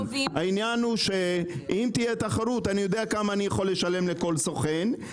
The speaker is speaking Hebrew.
העניין הוא שאם תהיה תחרות אני יודע כמה אני יכול לשלם לכל סוכן.